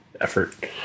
effort